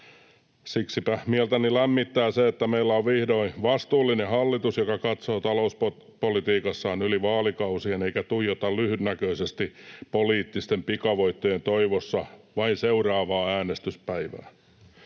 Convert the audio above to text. Siksipä mieltäni lämmittää se, että meillä on vihdoin vastuullinen hallitus, joka katsoo talouspolitiikassaan yli vaalikausien eikä tuijota lyhytnäköisesti poliittisten pikavoittojen toivossa vain seuraavaa äänestyspäivää.